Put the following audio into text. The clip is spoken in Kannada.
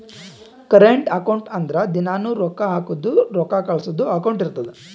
ಕರೆಂಟ್ ಅಕೌಂಟ್ ಅಂದುರ್ ದಿನಾನೂ ರೊಕ್ಕಾ ಹಾಕದು ರೊಕ್ಕಾ ಕಳ್ಸದು ಅಕೌಂಟ್ ಇರ್ತುದ್